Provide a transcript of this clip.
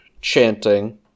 chanting